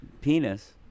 penis